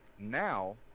Now